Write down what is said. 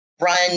run